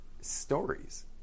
stories